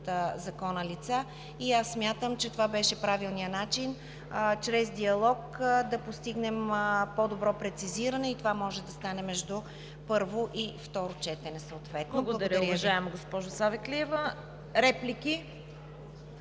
Закона лица и аз смятам, че това беше правилният начин – чрез диалог да постигнем по-добро прецизиране и това може да стане между първо и второ четене съответно. Благодаря